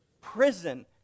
Prison